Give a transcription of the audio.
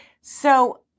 So-